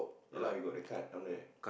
ya lah we got the card down there